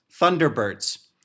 thunderbirds